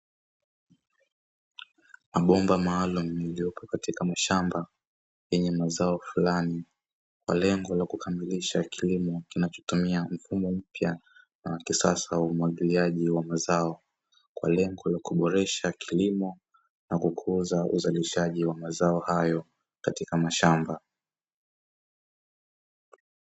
Mabomba maalumu yaliyopo katika mashamba yenye mazao fulani kwa lengo la kukamilisha kilimo kinachotumia mfumo mpya na wa kisasa wa umwagiliaji wa mazao, kwa lengo la kuboresha kilimo na kukuza uzalishaji wa mazao hayo katika mashamba.